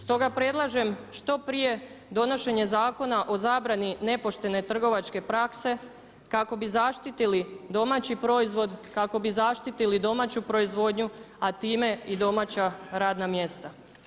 Stoga predlažem što prije donošenje Zakona o zabrani nepoštene trgovačke prakse kako bi zaštitili domaći proizvod, kako bi zaštitili domaću proizvodnju, a time i domaća radna mjesta.